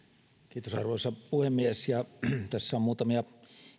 kukin arvoisa puhemies tässä on muutamia